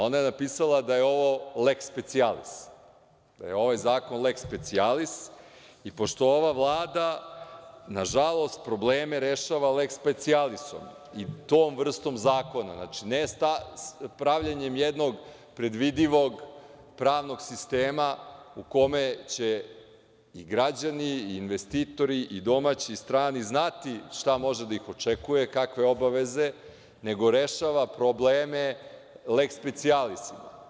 Ona je napisala da je ovo leks specijalis, da je ovaj zakon leks specijalis i pošto ova Vlada, nažalost, probleme rešava leks specijalisom i tom vrstom zakona, znači ne pravljenjem jednog predvidivog pravnog sistema u kome će i građani i investitori i domaći i strani znati šta može da ih očekuje, kakve obaveze, nego rešava probleme leks specijalisima.